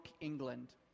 England